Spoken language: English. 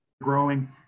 growing